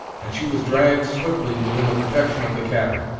and she was dragged swiftly within the protection of the cabin.